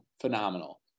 Phenomenal